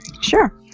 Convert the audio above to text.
Sure